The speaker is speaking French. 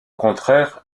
contraire